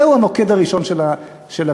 זהו המוקד הראשון של הבעיה.